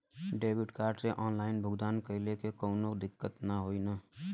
Debit card से online भुगतान कइले से काउनो दिक्कत ना होई न?